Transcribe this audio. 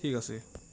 ঠিক আছে